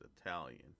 Italian